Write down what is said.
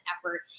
effort